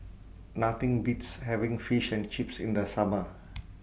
Nothing Beats having Fish and Chips in The Summer